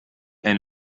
and